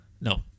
No